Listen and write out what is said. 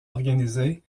organisées